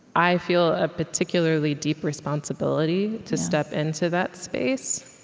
i feel a particularly deep responsibility to step into that space